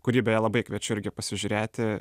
kurį beje labai kviečiu irgi pasižiūrėti